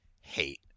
hate